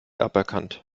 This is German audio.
aberkannt